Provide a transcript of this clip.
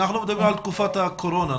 אנחנו מדברים על תקופת הקורונה.